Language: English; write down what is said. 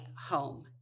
home